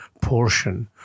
portion